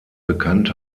bekannt